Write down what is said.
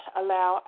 allow